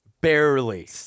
barely